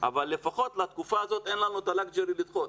אבל לפחות לתקופה הזאת אין לנו את הלוקסוס לדחות.